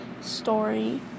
story